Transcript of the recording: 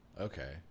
Okay